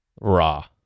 raw